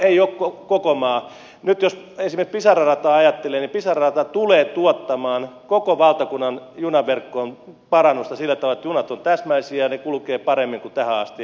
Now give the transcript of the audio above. nyt jos esimerkiksi pisara rataa ajattelee niin pisara rata tulee tuottamaan koko valtakunnan junaverkkoon parannusta sillä tavalla että junat ovat täsmällisiä ja ne kulkevat paremmin kuin tähän asti